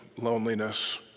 loneliness